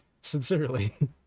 Sincerely